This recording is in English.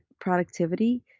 productivity